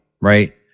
right